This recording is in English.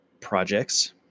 projects